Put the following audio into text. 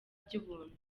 by’ubuntu